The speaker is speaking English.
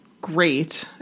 great